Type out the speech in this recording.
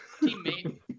teammate